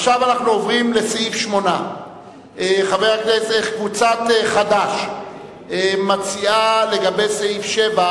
עכשיו אנחנו עוברים לסעיף 8. קבוצת חד"ש מציעה לגבי סעיף 8